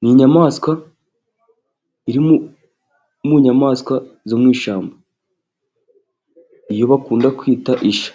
Ni inyamaswa iri mu nyamaswa zo mu ishyamba. Izo bakunda kuyita isha.